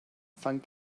fan